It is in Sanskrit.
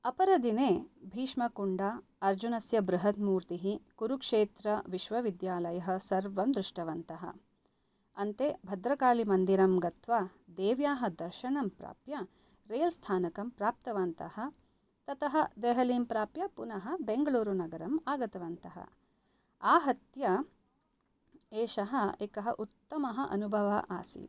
अपरदिने भीष्मकुण्ड अर्जुनस्य बृहत् मूर्तिः कुरुक्षेत्रविश्वविद्यालयः सर्वं दृष्टवन्तः अन्ते भद्रकालिमन्दिरं गत्वा देव्याः दर्शनं प्राप्य रैल् स्थानकं प्राप्तवन्तः ततः देहलीं प्राप्य पुनः बेंगलूरुनगरम् आगतवन्तः आहत्य एषः एकः उत्तमः अनुभवः आसीत्